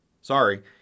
Sorry